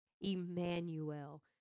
Emmanuel